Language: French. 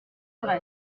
vrai